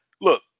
Look